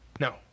no